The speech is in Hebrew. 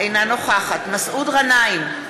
אינה נוכחת מסעוד גנאים,